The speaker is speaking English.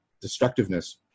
destructiveness